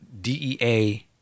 DEA